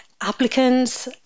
Applicants